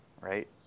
Right